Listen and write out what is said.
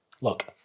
look